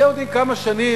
אתם יודעים כמה שנים,